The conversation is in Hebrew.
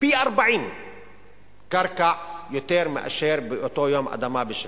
פי-40 קרקע מאשר באותו יום אדמה ב-1976.